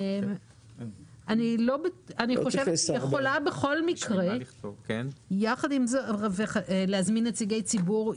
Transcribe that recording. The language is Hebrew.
אני חושבת שהיא יכולה בכל מקרה להזמין נציגי ציבור.